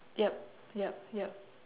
yup yup yup